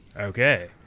Okay